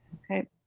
okay